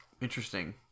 interesting